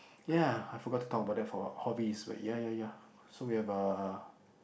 ya I forgot to talk about that for hobbies but ya ya ya so we have a